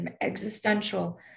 existential